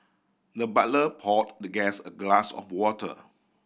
the butler poured the guest a glass of water